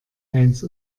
eins